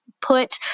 put